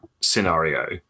scenario